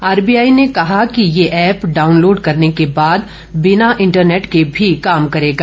RBI ने कहा कि यह ऐप डाउनलोड करने के बाद बिना इंटरनेट के भी काम करेगा